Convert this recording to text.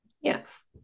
Yes